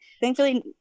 Thankfully